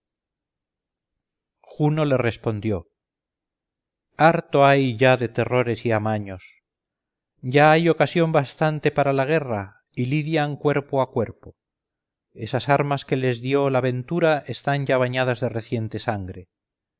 juno le respondió harto hay ya de terrores y amaños ya hay ocasión bastante para la guerra y lidian cuerpo a cuerpo esas armas que les dio la ventura están ya bañadas de reciente sangre